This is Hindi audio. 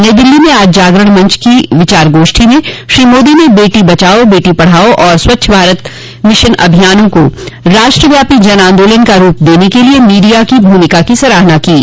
नई दिल्ली में आज जागरण मंच की विचार गोष्ठी में श्री मोदी ने बेटी बचाओ बेटी पढ़ाओ और स्वच्छ भारत अभियान को राष्ट्रव्यापी जन आंदोलन का रूप देने के लिए मीडिया की भूमिका की सराहना की है